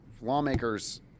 lawmakers